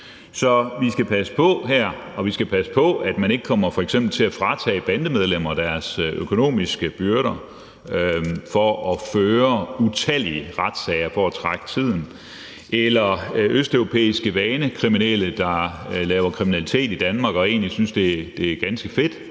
Så vi skal passe på her, og vi skal passe på, at man f.eks. ikke kommer til at fratage bandemedlemmer deres økonomiske byrder i forhold til at føre utallige retssager for at trække tiden – eller østeuropæiske vanekriminelle, der laver kriminalitet i Danmark, og som egentlig synes, at det er ganske fedt